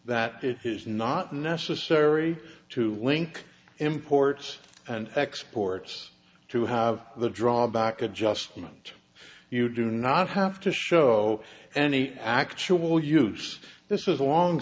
that it is not necessary to link imports and exports to have the drawback adjustment you do not have to show any actual use this is a long